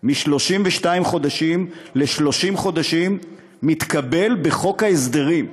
מ-32 חודשים ל-30 חודשים מתקבל בחוק ההסדרים.